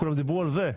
כולם דיברו על זה.